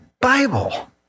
Bible